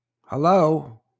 Hello